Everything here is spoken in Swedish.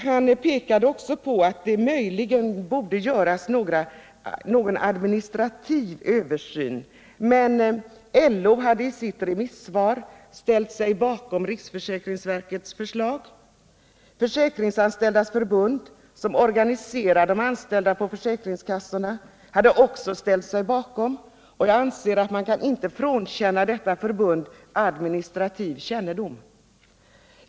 Han pekade också på att det möjligen borde göras en administrativ översyn. Nr 131 Men LO hade i sitt remissvar ställt sig bakom riksförsäkringsverkets förslag. Onsdagen den Och Försäkringsanställdas förbund, som organiserar de anställda på försäk 26 april 1978 ringskassorna, hade också ställt sig bakom förslaget. Och jag anser att man inte kan frånkänna detta förbund administrativ kännedom.